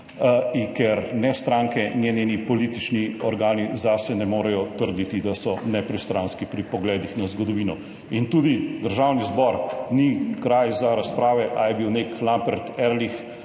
ker ne stranke ne njeni politični organi zase ne morejo trditi, da so nepristranski pri pogledih na zgodovino. Tudi Državni zbor ni kraj za razprave, ali je bil nek Lambert Erlich